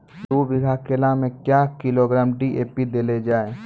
दू बीघा केला मैं क्या किलोग्राम डी.ए.पी देले जाय?